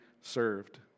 served